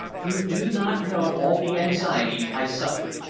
you do not know all the anxiety i suffered,